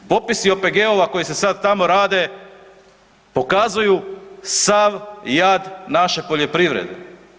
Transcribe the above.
Popisi OPG-ova koji se sad tamo rade pokazuju sav jad naše poljoprivrede.